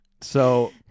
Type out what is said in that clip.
So-